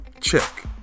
Check